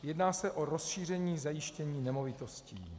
Jedná se o rozšíření zajištění nemovitostí.